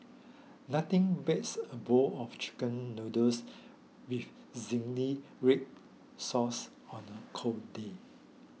nothing beats a bowl of Chicken Noodles with Zingy Red Sauce on a cold day